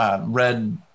Red